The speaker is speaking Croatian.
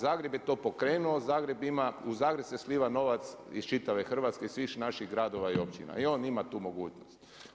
Zagreb je to pokrenuo, Zagreb ima u Zagreb se sliva novac iz čitave Hrvatske iz svih naših gradova i općina i on ima tu mogućnost.